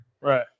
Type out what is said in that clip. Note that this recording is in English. Right